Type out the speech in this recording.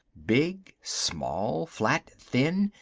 big, small, flat, thin,